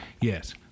Yes